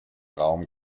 raum